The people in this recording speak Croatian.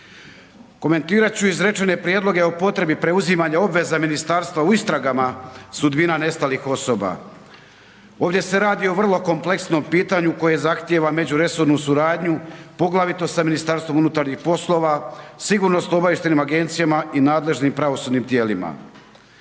Komentirat ću izrečene prijedloge o potrebi preuzimanja obveza ministarstva u istragama sudbina nestalih osoba. Ovdje se radi o vrlo kompleksnom pitanju koje zahtjeva međuresornu suradnju poglavito sa MUP-om, sigurnosno obavještajnim agencijama i nadležnim pravosudnim tijelima.